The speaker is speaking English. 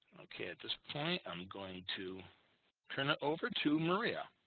okay at this point i'm going to turn it over to maria